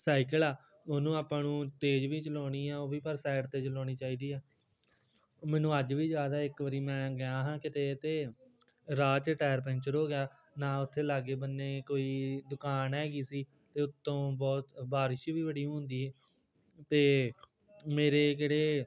cycle ਆ ਉਹਨੂੰ ਆਪਾਂ ਨੂੰ ਤੇਜ ਵੀ ਚਲਾਉਣੀ ਆ ਉਹ ਵੀ ਪਰ ਸਾਈਡ 'ਤੇ ਚਲਾਉਣੀ ਚਾਹੀਦੀ ਆ ਮੈਨੂੰ ਅੱਜ ਵੀ ਯਾਦ ਆ ਇੱਕ ਵਾਰੀ ਮੈਂ ਗਿਆ ਹਾਂ ਕਿਤੇ ਅਤੇ ਰਾਹ 'ਚ ਟਾਇਰ ਪੈਂਚਰ ਹੋ ਗਿਆ ਨਾ ਉੱਥੇ ਲਾਗੇ ਬੰਨੇ ਕੋਈ ਦੁਕਾਨ ਹੈਗੀ ਸੀ ਅਤੇ ਉੱਤੋਂ ਬਹੁਤ ਬਾਰਿਸ਼ ਵੀ ਬੜੀ ਹੁੰਦੀ ਹੀ ਅਤੇ ਮੇਰੇ ਜਿਹੜੇ